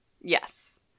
Yes